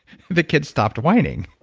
the kid stopped whining.